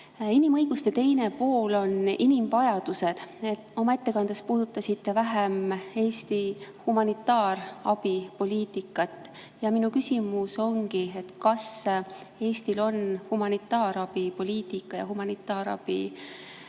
Inimõiguste teine pool on inimvajadused. Oma ettekandes te puudutasite vähem Eesti humanitaarabipoliitikat. Ja minu küsimus ongi, et kas Eestil on humanitaarabipoliitika ja humanitaarprogrammid